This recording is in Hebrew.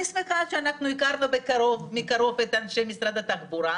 אני שמחה שהכרנו מקרוב את אנשי משרד התחבורה,